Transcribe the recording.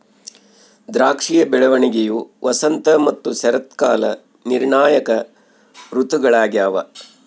ದ್ರಾಕ್ಷಿಯ ಬೆಳವಣಿಗೆಯು ವಸಂತ ಮತ್ತು ಶರತ್ಕಾಲ ನಿರ್ಣಾಯಕ ಋತುಗಳಾಗ್ಯವ